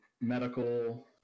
medical –